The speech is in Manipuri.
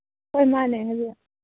ꯍꯣꯏ ꯃꯥꯅꯦ ꯍꯥꯏꯕꯤꯌꯨ